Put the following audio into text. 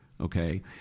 okay